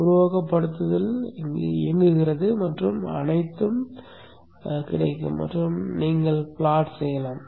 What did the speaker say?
உருவகப்படுத்துதல் இயங்குகிறது மற்றும் அனைத்தும் கிடைக்கும் மற்றும் நீங்கள் ப்லாட் செய்யலாம்